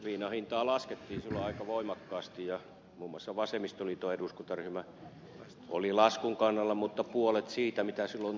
viinan hintaa laskettiin silloin aika voimakkaasti ja muun muassa vasemmistoliiton eduskuntaryhmä oli laskun kannalla mutta puolen siitä mitä silloin laskettiin